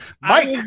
Mike